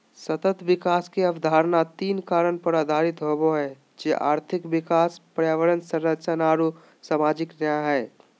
सतत विकास के अवधारणा तीन कारक पर आधारित होबो हइ, जे आर्थिक विकास, पर्यावरण संरक्षण आऊ सामाजिक न्याय हइ